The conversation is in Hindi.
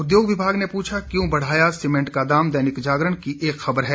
उद्योग विभाग ने पूछा क्यों बढ़ाया सीमेंट का दाम दैनिक जागरण की एक खबर है